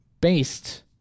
based